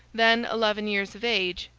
then eleven years of age,